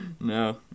No